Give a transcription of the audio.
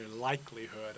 likelihood